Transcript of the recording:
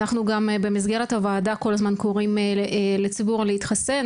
אנחנו גם במסגרת הוועדה כל הזמן קוראים לציבור להתחסן.